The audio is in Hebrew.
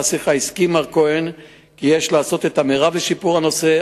באותה שיחה הסכים מר כהן כי יש לעשות את המיטב לשיפור הנושא.